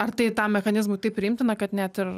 ar tai tam mechanizmui taip priimtina kad net ir